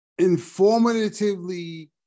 informatively